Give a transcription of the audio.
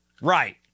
Right